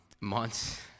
months